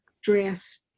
dress